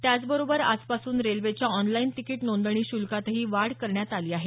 त्याचबरोबर आजपासून रेल्वेच्या ऑनलाईन तिकीट नोंदणी शुल्कातही वाढ करण्यात आली आहे